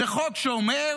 זה חוק שאומר: